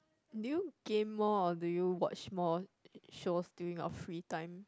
do you game more or do you watch more shows during your free time